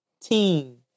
team